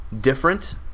different